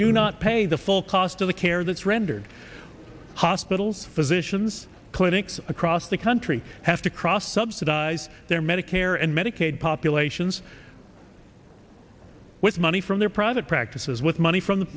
do not pay the full cost of the care that's rendered hospitals physicians clinics across the country have to cross subsidize their medicare and medicaid populations with money from their private practices with money from the